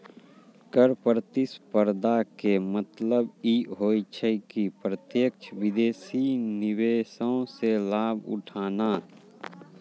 कर प्रतिस्पर्धा के मतलब इ होय छै कि प्रत्यक्ष विदेशी निवेशो से लाभ उठाना